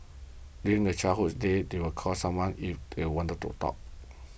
during their childhood days they would call someone if they want to talk